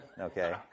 okay